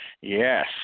yes